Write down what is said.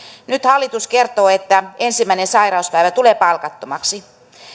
nyt hallitus kertoo että ensimmäinen sairauspäivä tulee palkattomaksi